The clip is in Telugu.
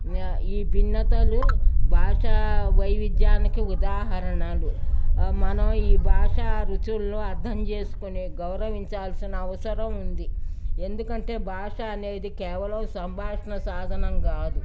ఈ భిన్నతలు భాష వైవిధ్యానికి ఉదాహరణలు మనం ఈ భాష రుచుల్లో అర్థం చేసుకునే గౌరవించాల్సిన అవసరం ఉంది ఎందుకంటే భాష అనేది కేవలం సంభాషణ సాధనం కాదు